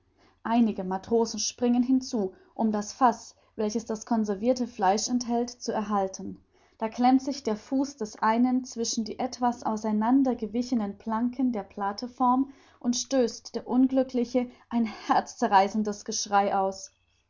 einige matrosen springen hinzu um das faß welches das conservirte fleisch enthält zu erhalten da klemmt sich der fuß des einen zwischen die etwas auseinander gewichenen planken der plateform und stößt der unglückliche ein herzzerreißendes geschrei aus